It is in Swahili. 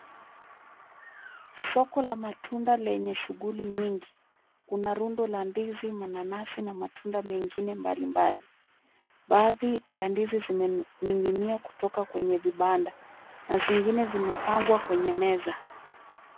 Soko la matunda lenye shughuli nyingi. Kuna rundo la ndizi, mananasi na matunda mengine mbalimbali. Baadhi ya ndizi zimening'inia kutoka kwenye vibanda na zingine zimepangwa kwenye meza.